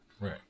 Right